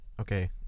Okay